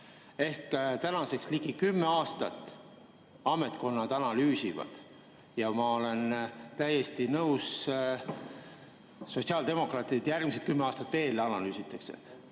Ehk tänaseks ligi kümme aastat ametkonnad analüüsivad, ja ma olen täiesti nõus, sotsiaaldemokraadid, et järgmised kümme aastat veel analüüsitakse.